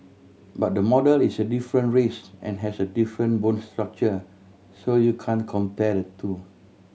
but the model is a different race and has a different bone structure so you can't compare the two